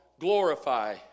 glorify